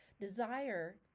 Desire